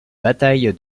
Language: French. bataille